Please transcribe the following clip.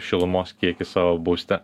šilumos kiekį savo būste